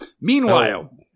Meanwhile-